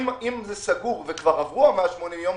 אם זה סגור וכבר עברו 180 יום,